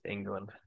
England